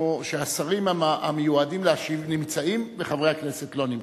השרים המיועדים להשיב נמצאים וחברי הכנסת לא נמצאים,